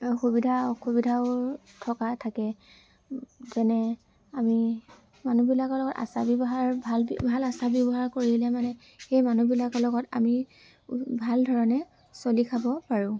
সুবিধা অসুবিধাও থকা থাকে যেনে আমি মানুহবিলাকৰ লগত আচাৰ ব্যৱহাৰ ভাল আচাৰ ব্যৱহাৰ কৰিলে মানে সেই মানুহবিলাকৰ লগত আমি ভাল ধৰণে চলি খাব পাৰোঁ